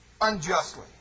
Unjustly